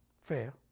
fair,